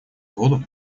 воду